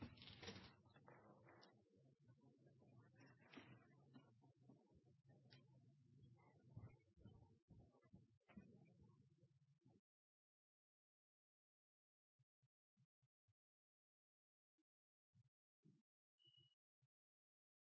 så